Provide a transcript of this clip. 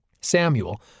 Samuel